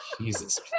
Jesus